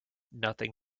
nothing